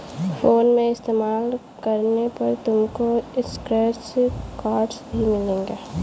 phone पे इस्तेमाल करने पर तुमको स्क्रैच कार्ड्स भी मिलेंगे